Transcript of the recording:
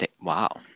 Wow